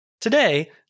Today